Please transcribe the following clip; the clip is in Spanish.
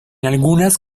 algunas